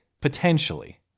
potentially